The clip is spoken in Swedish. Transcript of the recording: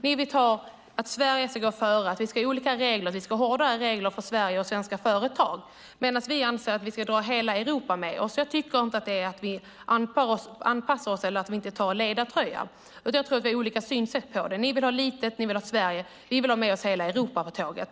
Ni vill att Sverige ska gå före och att det ska vara hårdare regler för Sverige och svenska företag medan vi anser att vi ska få hela Europa med oss. Det är inte detsamma som att anpassa sig och inte ta ledartröjan. Vi har olika synsätt. Ni vill ha lilla Sverige; vi vill ha med hela Europa på tåget.